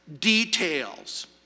details